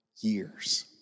years